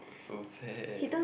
so sad